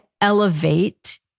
elevate